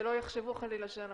שלא יחשבו חלילה שאנחנו צוחקים.